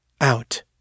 Out